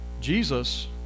Jesus